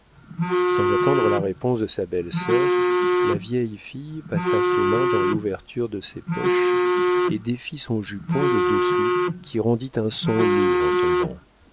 sans attendre la réponse de sa belle-sœur la vieille fille passa ses mains par l'ouverture de ses poches et défit son jupon de dessous qui rendit un son lourd en tombant